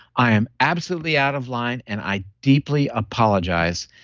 i am absolutely out of line and i deeply apologize.